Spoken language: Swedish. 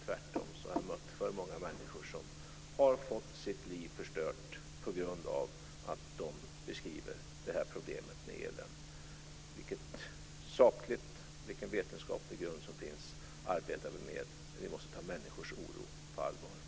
Tvärtom har jag mött alltför många människor som har fått sina liv förstörda på grund av problem med elen. Vilken vetenskaplig grund som finns arbetar vi med, men vi måste ta människors oro på allvar.